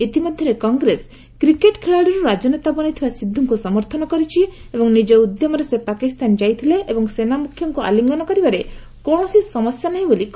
ଇତିମଧ୍ୟରେ କଂଗ୍ରେସ କ୍ରିକେଟ୍ ଖେଳାଳିରୁ ରାଜନେତା ବନିଥିବା ସିଦ୍ଧୁଙ୍କୁ ସମର୍ଥନ କରିଛି ଏବଂ ନିକ ଉଦ୍ୟମରେ ସେ ପାକିସ୍ତାନ ଯାଇଥିଲେ ଏବଂ ସେନା ମ୍ରଖ୍ୟଙ୍କ ଆଲିଙ୍ଗନ କରିବାରେ କୌଣସି ସମସ୍ୟା ନାହିଁ ବୋଲି କହିଛନ୍ତି